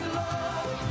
love